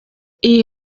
iyi